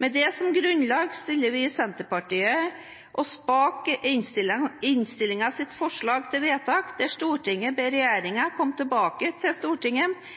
Med dette som grunnlag stiller vi i Senterpartiet oss bak innstillingens forslag til vedtak, hvor Stortinget ber regjeringen komme tilbake til Stortinget